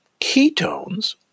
ketones